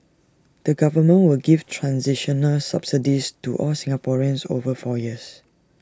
the government will give transitional subsidies to all Singaporeans over four years